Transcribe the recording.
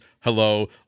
hello